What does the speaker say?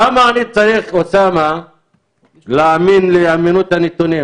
צריך להגיד את האמת.